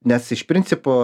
nes iš principo